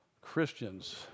Christians